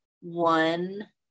one